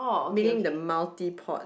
meaning the multi port